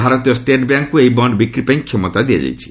ଭାରତୀୟ ଷ୍ଟେଟ୍ ବ୍ୟାଙ୍କ୍କୁ ଏହି ବଣ୍ଣ ବିକ୍ରିପାଇଁ କ୍ଷମତା ଦିଆଯାଇଛି